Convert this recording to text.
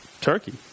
turkey